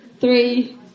three